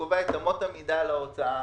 שקובע את אמות המידה להוצאה.